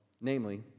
Namely